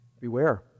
Beware